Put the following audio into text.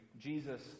Jesus